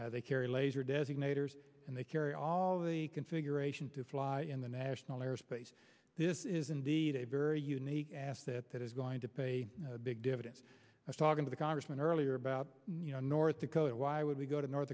domain they carry laser designators and they carry all the configuration to fly in the national airspace this is indeed a very unique asset that is going to pay big dividends i was talking to the congressman earlier about you know north dakota why would we go to north